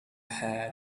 had